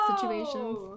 situations